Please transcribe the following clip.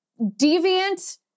deviant